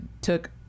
took